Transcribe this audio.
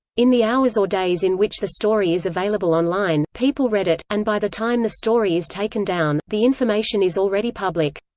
in the hours or days in which the story is available online, people read it, and by the time the story is taken down, the information is already public.